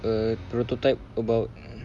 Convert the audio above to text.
a prototype about